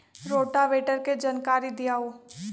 Rotavator के जानकारी दिआउ?